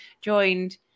joined